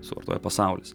suvartoja pasaulis